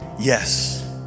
yes